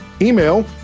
email